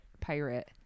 pirate